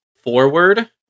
forward